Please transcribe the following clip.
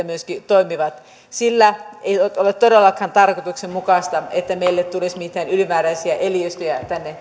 myöskin toimivat sillä ei ole todellakaan tarkoituksenmukaista että meille tulisi mitään ylimääräisiä eliöstöjä tänne